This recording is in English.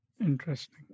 Interesting